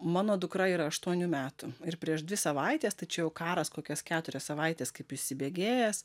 mano dukra yra aštuonių metų ir prieš dvi savaites tai čia jau karas kokias keturias savaites kaip įsibėgėjęs